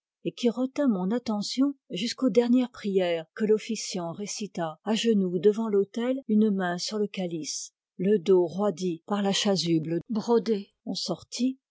et qui retint mon attention jusqu'aux dernières prières que l'officiant récita à genoux devant l'autel une main sur le calice le dos roidi par la chasuble brodée on sortit